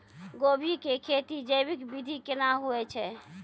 गोभी की खेती जैविक विधि केना हुए छ?